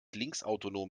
linksautonom